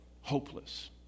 hopeless